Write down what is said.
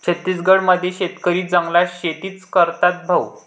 छत्तीसगड मध्ये शेतकरी जंगलात शेतीच करतात भाऊ